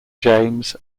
james